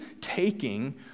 taking